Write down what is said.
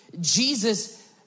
Jesus